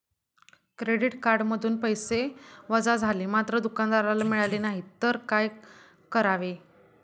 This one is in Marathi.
क्रेडिट कार्डमधून पैसे वजा झाले मात्र दुकानदाराला मिळाले नाहीत तर काय करावे?